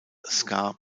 ska